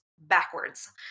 backwards